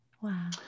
Wow